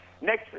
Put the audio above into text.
Next